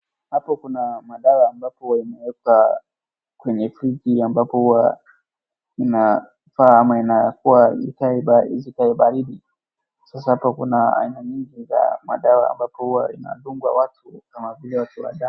Hapo kuna madawa ambapo yamewekwa kwenye friji ambapo huwa inafaa ama inakuwa ama inafaa kuwa baridi, sasa hapo kuna madawa aina nyingi za madawa ambapo huwa inadungwa watu kama vile watu wa.